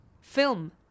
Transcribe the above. film